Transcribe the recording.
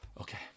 okay